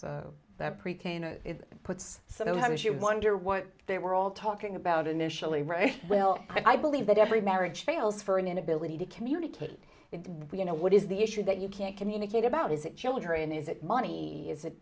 no it puts sometimes you wonder what they were all talking about initially right well i believe that every marriage fails for an inability to communicate if you know what is the issue that you can't communicate about is it children is it money is it